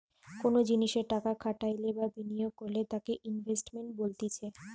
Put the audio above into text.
কোনো জিনিসে টাকা খাটাইলে বা বিনিয়োগ করলে তাকে ইনভেস্টমেন্ট বলতিছে